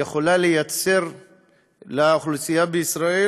היא יכולה לייצר לאוכלוסייה בישראל,